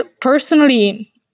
Personally